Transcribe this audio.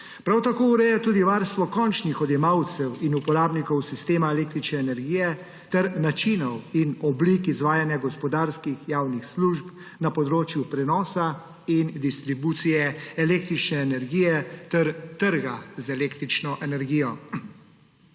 Prav tako ureja tudi varstvo končnih odjemalcev in uporabnikov sistema električne energije ter načinov in oblik izvajanja gospodarskih javnih služb na področju prenosa in distribucije električne energije ter trga z električno energijo.